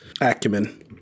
acumen